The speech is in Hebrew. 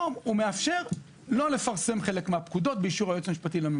למה הוא מכפיש את כל משטרת ישראל?